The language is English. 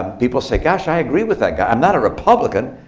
ah people say, gosh, i agree with that guy. i'm not a republican,